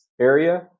area